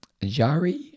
Jari